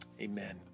amen